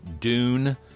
Dune